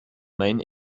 main